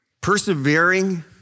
Persevering